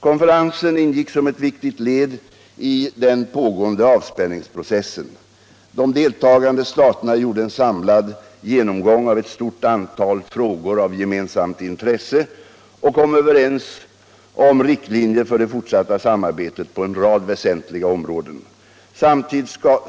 Konferensen ingick som ett viktigt led i den pågående avspänningsprocessen. De deltagande staterna gjorde en samlad genomgång av ett stort antal frågor av gemensamt intresse och kom överens om riktlinjer för det fortsatta samarbetet på en rad väsentliga områden.